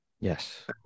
Yes